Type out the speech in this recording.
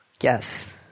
Yes